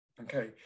Okay